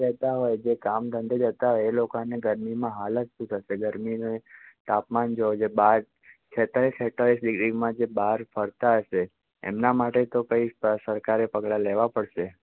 રહેતા હોય જે કામ ધંધે જતાં હોય એ લોકાને ગરમીમાં હાલત શું થસે ગરમીને તાપમાન જો આજે બાર છેતાલીસ છેતાલીસ ડિગ્રીમાં જે બાર ફરતા હશે એમના માટે તો કંઈ સરકારે પગલાં લેવા પડશે